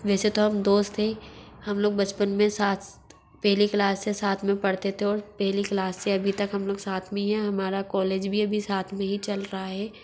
वैसे तो हम दोस्त है हम लोग बचपन मे साथ पहले क्लास से साथ मे पढ़ते थे और पहली क्लास से अभी तक हम लोग साथ मे ही है हमारा कॉलेज भी अभी साथ मे ही चल रहा है